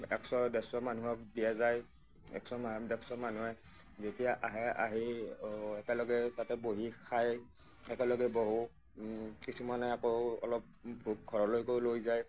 একশ ডেৰশ মানুহক দিয়া যায় একশ মা ডেৰশ মানুহে যেতিয়া আহে আহি একেলগে তাতে বহি খায় একেলগে বহোঁ কিছুমানে আকৌ অলপ ভোগ ঘৰলৈকো লৈ যায়